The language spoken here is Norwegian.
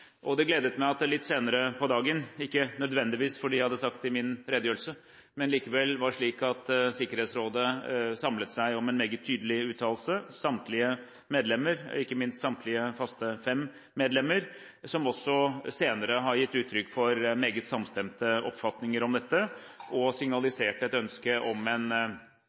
Det gledet meg at det litt senere på dagen – ikke nødvendigvis fordi jeg hadde sagt det i min redegjørelse, men likevel – var slik at Sikkerhetsrådet samlet seg om en meget tydelig uttalelse. Samtlige medlemmer, og ikke minst samtlige faste fem medlemmer, har også senere gitt uttrykk for meget samstemte oppfatninger om dette og signalisert et ønske om